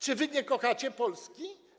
Czy wy nie kochacie Polski?